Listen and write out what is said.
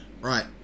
right